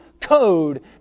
code